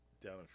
down